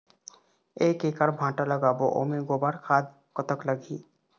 एक एकड़ भांटा लगाबो ओमे गोबर खाद कतक लगही?